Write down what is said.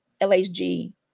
LHG